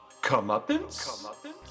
comeuppance